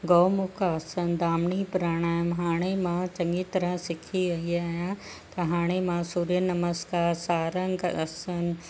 गोमुख आसन दामिनी प्रणायम हाणे मां चङी तरहअं सिखी रहई आहियां त हाणे मां सूर्य नमस्कार सारंग आसन